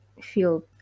feel